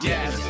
Yes